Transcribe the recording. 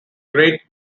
great